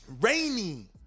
rainy